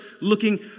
looking